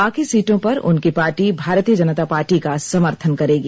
बाकी सीटों पर उनकी पार्टी भारतीय जनता पार्टी का समर्थन करेगी